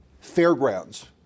fairgrounds